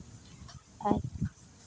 ᱟᱨ